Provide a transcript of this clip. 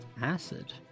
Acid